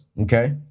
okay